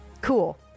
cool